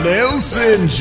Nelson